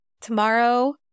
Tomorrow